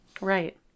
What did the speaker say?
Right